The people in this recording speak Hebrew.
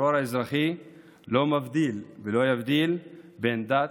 הטרור האזרחי לא מבדיל ולא יבדיל בין דת,